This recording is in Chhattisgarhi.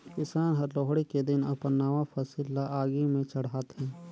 किसान हर लोहड़ी के दिन अपन नावा फसिल ल आगि में चढ़ाथें